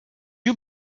you